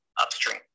upstream